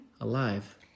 Alive